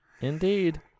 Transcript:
indeed